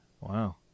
Wow